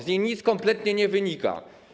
Z niej nic kompletnie nie wynika.